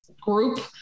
group